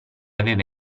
aveva